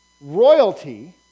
royalty